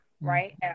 Right